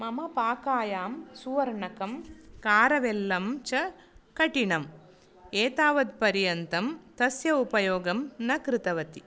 मम पाकायां सुवर्णकं कारवेल्लं च कठिनम् एतावत्पर्यन्तं तस्य उपयोगं न कृतवती